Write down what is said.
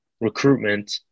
recruitment